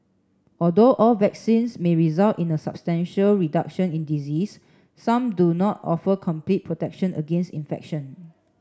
although all vaccines may result in a substantial reduction in disease some do not offer complete protection against infection